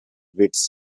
wits